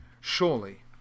surely